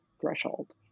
threshold